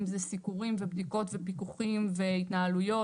אם זה סיקורים ובדיקות ופיקוחים והתנהלויות